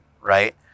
right